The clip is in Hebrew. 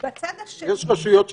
יש רשויות מסודרות.